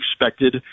expected